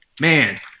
man